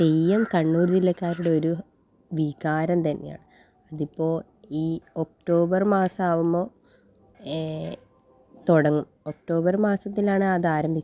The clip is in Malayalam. തെയ്യം കണ്ണൂർ ജില്ലക്കാരുടെ ഒരു വികാരം തന്നെയാണ് അതിപ്പോൾ ഈ ഒക്ടോബർ മാസം ആകുമ്പോൾ തുടങ്ങും ഒക്ടോബർ മാസത്തിലാണ് അത് ആരംഭിക്കുക